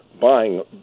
buying